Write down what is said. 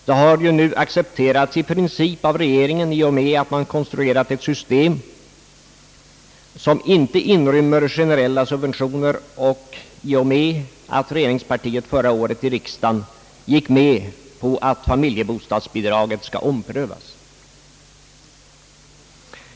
Den uppfattningen har nu i princip accepterats av regeringen i och med att man konstruerat ett system som inte inrymmer generella subventioner och genom att regeringspartiet förra året i riksdagen gick med på att familjebostadsbidraget skall omprövas.